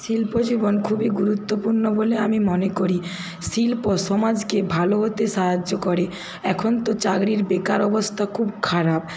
শিল্প জীবন খুবই গুরুত্বপূর্ণ বলে আমি মনে করি শিল্প সমাজকে ভালো হতে সাহায্য করে এখন তো চাকরির বেকার অবস্থা খুব খারাপ